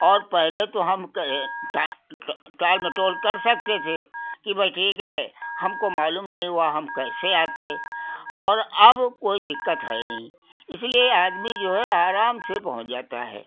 और पहले तो हम कहे टाल मटोल कर सकते थे कि भई ठीक है हमको मालूम नहीं हुआ हम कैसे आते और अब कोई दिक्कत है नहीं इसलिए आदमी जो है आराम से पहुँच जाता है